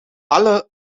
alle